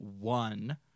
one